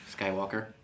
Skywalker